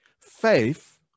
faith